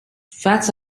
fats